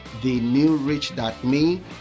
TheNewRich.me